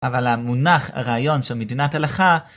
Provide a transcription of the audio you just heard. אבל המונח, הרעיון של מדינת הלכה...